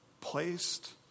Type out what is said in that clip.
Placed